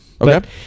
Okay